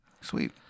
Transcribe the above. Sweet